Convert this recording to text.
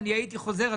מה אתה עושה חוק-יסוד?